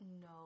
No